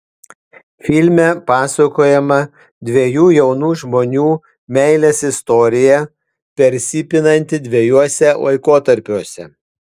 filme pasakojama dviejų jaunų žmonių meilės istorija persipinanti dviejuose laikotarpiuose